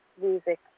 music